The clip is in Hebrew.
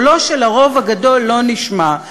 קולו של הרוב הגדול לא נשמע,